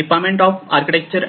disaster